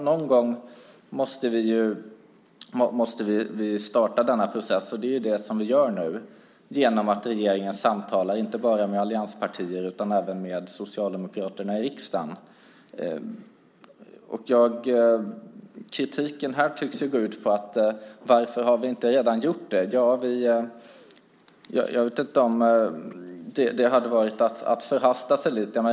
Någon gång måste vi starta, och det är det vi gör nu genom att regeringen samtalar inte bara med allianspartier utan även med Socialdemokraterna i riksdagen. Kritiken tycks gå ut på att regeringen ännu inte har samrått. Skulle det inte ha varit att förhasta sig lite?